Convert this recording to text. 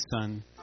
Son